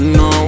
no